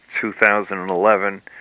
2011